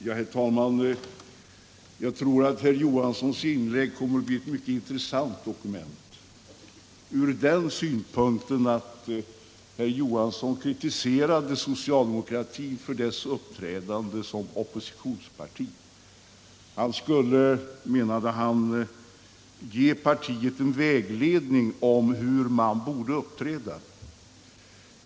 Herr talman! Jag tror att Bertil Johanssons inlägg kommer att bli ett mycket intressant dokument ur den synpunkten att herr Johansson kritiserade socialdemokratin för dess uppträdande som oppositionsparti. Han skulle, menade han, ge partiet en vägledning om hur det borde uppträda.